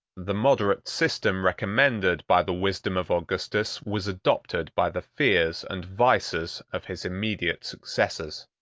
the moderate system recommended by the wisdom of augustus, was adopted by the fears and vices of his immediate successors.